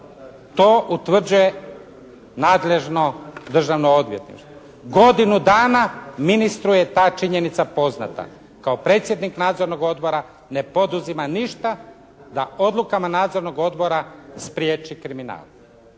To utvrđuje nadležno Državno odvjetništvo. Godinu dana ministru je ta činjenica poznata. Kao predsjednik nadzornog odbora ne poduzima ništa da odlukama nadzornog odbora spriječi kriminal.